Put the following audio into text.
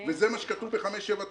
וזה מה שכתוב ב-579.